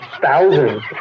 thousands